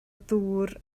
ddŵr